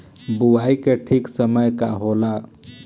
बुआई के ठीक समय का होला?